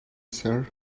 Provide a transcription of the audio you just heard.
ser